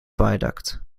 viaduct